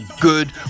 good